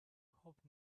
hopped